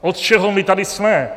Od čeho my tady jsme?